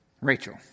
Rachel